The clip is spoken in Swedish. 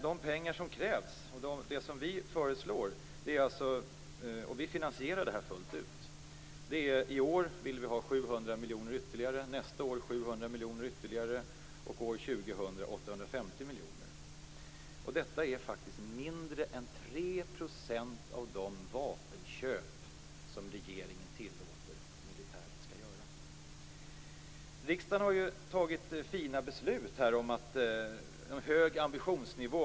De pengar som krävs och det som vi föreslår - och vi finansierar det fullt ut - är 700 miljoner ytterligare i år, ytterligare 700 miljoner nästa år och 850 miljoner år 2000. Detta är faktiskt mindre än 3 % av de vapenköp som regeringen tillåter militären att göra. Riksdagen har fattat fina beslut och har en hög ambitionsnivå.